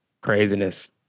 Craziness